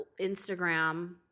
instagram